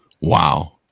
Wow